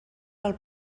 del